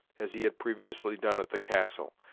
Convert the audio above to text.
as he had previously done at the castle,